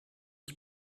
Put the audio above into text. qui